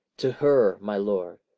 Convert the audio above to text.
to her, my lord,